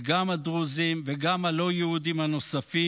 וגם את הדרוזים וגם הלא-יהודים הנוספים,